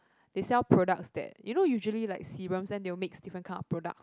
they sell products that you know like normally serums then they will mix different kind of products